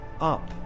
up